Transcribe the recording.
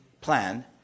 plan